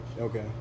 okay